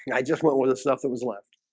and i just went with the stuff that was left